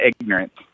ignorance